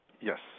Yes